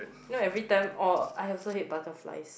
know everytime oh I also hate butterflies